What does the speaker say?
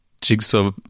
jigsaw